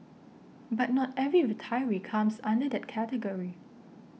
but not every retiree comes under that category